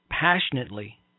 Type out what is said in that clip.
passionately